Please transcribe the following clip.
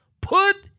Put